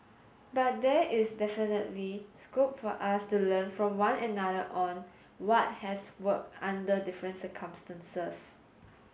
but there is definitely scope for us to learn from one another on what has worked under different circumstances